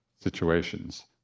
situations